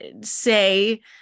say